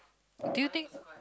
do you think